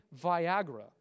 Viagra